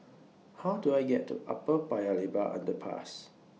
How Do I get to Upper Paya Lebar Underpass